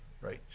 right